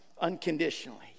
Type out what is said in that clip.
unconditionally